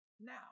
now